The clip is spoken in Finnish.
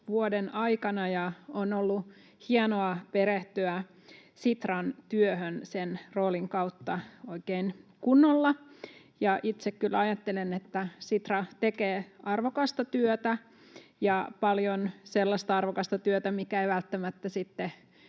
vuoden aikana, ja on ollut hienoa perehtyä Sitran työhön sen roolin kautta oikein kunnolla. Itse kyllä ajattelen, että Sitra tekee arvokasta työtä ja paljon sellaista arvokasta työtä, mikä ei välttämättä sitten